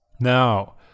Now